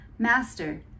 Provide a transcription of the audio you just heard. Master